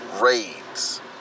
raids